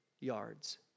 yards